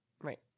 Right